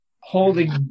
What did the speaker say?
holding